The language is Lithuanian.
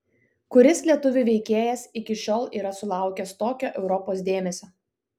kuris lietuvių veikėjas iki šiol yra sulaukęs tokio europos dėmesio